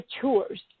tours